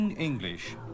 English